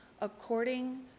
according